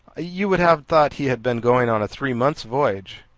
you would have thought he had been going on a three months' voyage.